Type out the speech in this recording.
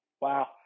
Wow